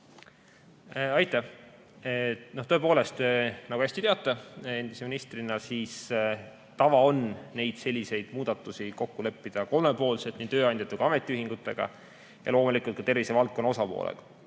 Aitäh! Tõepoolest, nagu te endise ministrina hästi teate, on tavaks selliseid muudatusi kokku leppida kolmepoolselt, nii tööandjate kui ka ametiühingutega ja loomulikult ka tervisevaldkonna osapooltega.